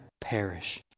perish